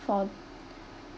for